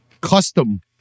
custom